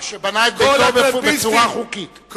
ובנה את ביתו בצורה חוקית.